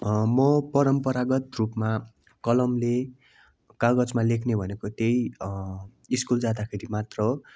म परम्परागत रूपमा कलमले कागजमा लेख्ने भनेको त्यही स्कुल जाँदाखेरि मात्र हो